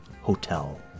Hotel